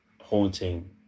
haunting